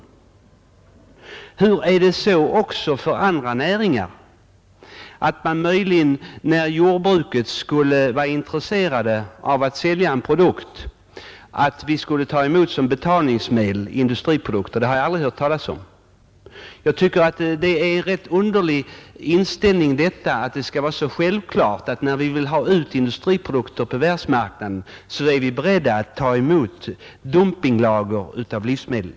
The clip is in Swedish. Jag har aldrig hört talas om att det skulle vara på motsvarande sätt för andra näringar så att vi, t.ex. när jordbruket skulle vara intresserat av att sälja en produkt, som betalningsmedel skulle ta emot industriprodukter. Jag tycker att det är en underlig inställning att det är så självklart att vi när vi skall föra ut industriprodukter på världsmarknaden skall vara beredda att ta emot dumpinglager av livsmedel.